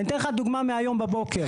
אני אתן לך דוגמא מהיום בבוקר.